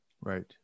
Right